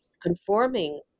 conforming